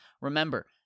Remember